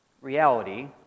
reality